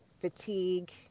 fatigue